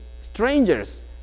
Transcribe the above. strangers